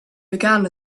began